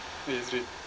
eh azrin